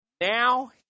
Now